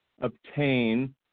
obtain